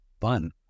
fun